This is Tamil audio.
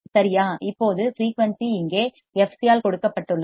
இப்போது ஃபிரீயூன்சி இங்கே Fc ஆக கொடுக்கப்பட்டுள்ளது